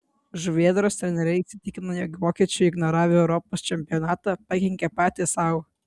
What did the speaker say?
žuvėdros treneriai įsitikinę jog vokiečiai ignoravę europos čempionatą pakenkė patys sau